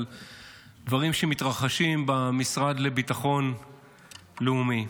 על דברים שמתרחשים במשרד לביטחון לאומי.